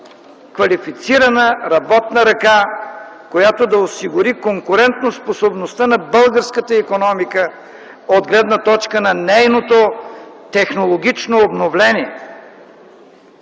квалифицирана работна ръка, която да осигури конкурентоспособността на българската икономика от гледна точка на нейното технологично обновление.